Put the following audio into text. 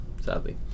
sadly